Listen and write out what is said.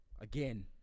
Again